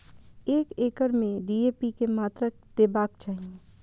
एक एकड़ में डी.ए.पी के मात्रा देबाक चाही?